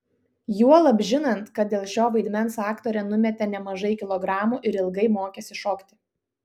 juolab žinant kad dėl šio vaidmens aktorė numetė nemažai kilogramų ir ilgai mokėsi šokti